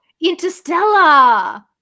Interstellar